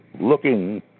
looking